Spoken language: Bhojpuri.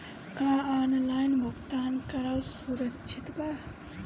का ऑनलाइन भुगतान करल सुरक्षित बा?